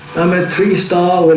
i'm at three star. well,